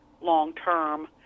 long-term